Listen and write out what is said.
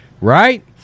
Right